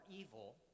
evil